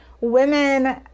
women